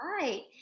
right